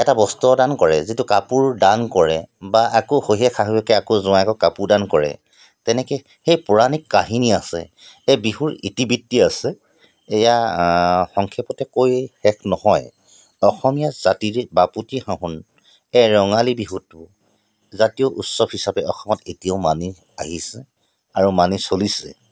এটা বস্ত্ৰদান কৰে যিটো কাপোৰ দান কৰে বা আকৌ শহুৱেক শাহুৱেকে আকৌ জোৱায়েকক কাপোৰ দান কৰে তেনেকৈ সেই পোৰাণিক কাহিনী আছে এই বিহুৰ ইতিবৃত্তি আছে এইয়া সংক্ষেপতে কৈ শেষ নহয় অসমীয়া জাতিৰ বাপতি সাহোন এই ৰঙালী বিহুটো জাতীয় উৎসৱ হিচাপে অসমত এতিয়াও মানি আহিছে আৰু মানি চলিছে